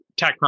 TechCrunch